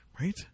Right